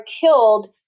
killed